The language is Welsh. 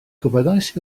gofynnais